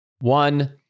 One